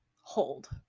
hold